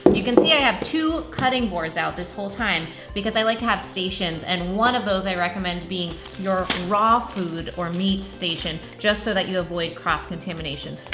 you can see i have two cutting boards out this whole time because i like to have stations, and one of those i recommend being your raw food or meat station, just so you avoid cross contamination.